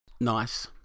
nice